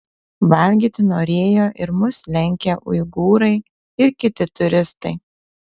valgyti norėjo ir mus lenkę uigūrai ir kiti turistai